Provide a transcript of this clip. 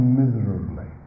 miserably